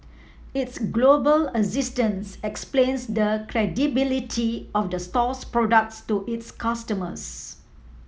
its global existence explains the credibility of the store's products to its customers